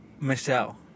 Michelle